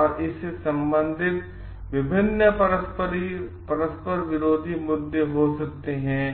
और इससे संबंधित विभिन्न परस्पर विरोधी मुद्दे हो सकते हैं